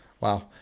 Wow